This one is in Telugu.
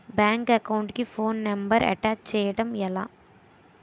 బ్యాంక్ అకౌంట్ కి ఫోన్ నంబర్ అటాచ్ చేయడం ఎలా?